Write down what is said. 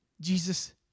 Jesus